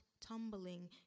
tumbling